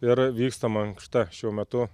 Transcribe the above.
ir vyksta mankšta šiuo metu